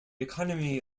economy